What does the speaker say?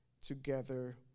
together